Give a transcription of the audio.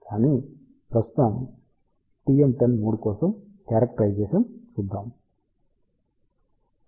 కానీ ప్రస్తుతం TM10 mode కోసం క్యారెక్టరైజేషన్ చూద్దాం